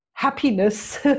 happiness